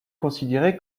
considéré